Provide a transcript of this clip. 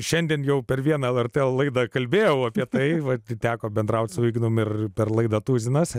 šiandien jau per vieną lrt laidą kalbėjau apie tai vat teko bendrauti su vykdome ir per laidą tuzinas